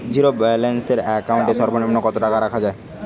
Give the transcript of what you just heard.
Zero balance account এ সর্বাধিক কত টাকা রাখা য়ায়?